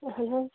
اہن حظ